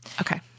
okay